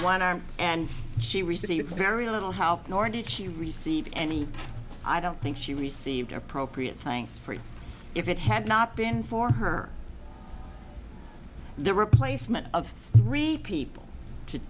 one hour and she received very little help nor did she receive any i don't think she received appropriate thanks for it if it had not been for her the replacement of three people to